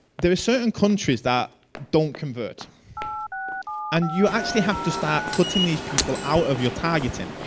there are certain countries that don't convert and you actually have to start cutting these people out of your targeting.